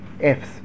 Fs